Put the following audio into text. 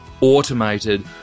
automated